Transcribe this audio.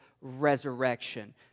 resurrection